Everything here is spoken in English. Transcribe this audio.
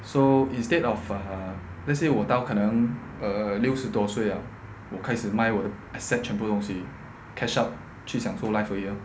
so instead of err let's say 我到可能 err 六十多岁了我开始卖我 asset 全部东西 cash out 去享受 life 而已 lor